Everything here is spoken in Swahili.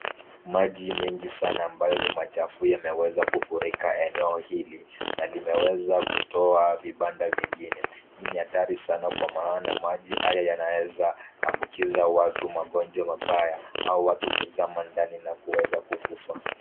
Maji mengi sana ambayo ni machafu yameweza kufurika eneo hili. Na limeweza kutoa vibanda vingine. Hii ni hatari sana kwa maana maji haya yanaweza ambukiza watu magonjwa mabaya au watu kuzama ndani na kuweza kukufa.